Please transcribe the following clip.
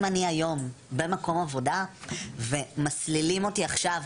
אם אני היום במקום עבודה ומסלילים אותי עכשיו,